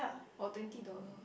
or twenty dollar